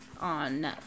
on